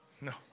No